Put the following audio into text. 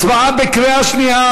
הצבעה בקריאה שנייה,